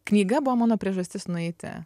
knyga buvo mano priežastis nueiti